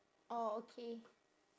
orh okay